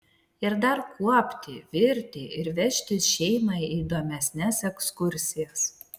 ir dar kuopti virti ir vežtis šeimą į įdomesnes ekskursijas